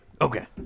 Okay